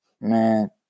man